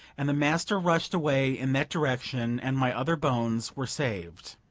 and the master rushed away in that direction, and my other bones were saved.